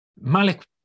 Malik